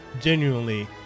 genuinely